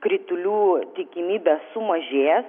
kritulių tikimybė sumažės